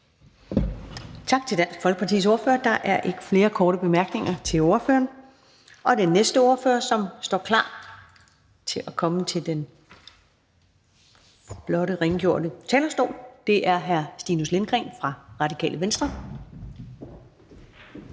Tak til Dansk Folkepartis ordfører. Der er ikke flere korte bemærkninger til ordføreren, og den næste ordfører, som står klar til at komme til den flotte rengjorte talerstol, er hr. Stinus Lindgreen fra Radikale Venstre.